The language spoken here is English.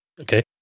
Okay